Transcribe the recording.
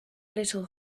little